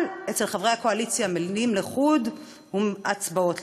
אבל אצל חברי הקואליציה מילים לחוד והצבעות לחוד.